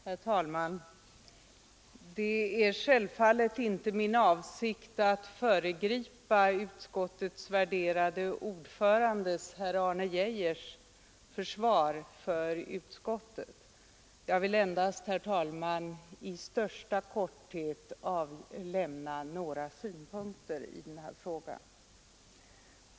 Herr talman! Det är självfallet inte min avsikt att föregripa utskottets värderade ordförandes herr Arne Geijers försvar för utskottet. Jag vill endast, herr talman, i största korthet lämna några synpunkter i frågan.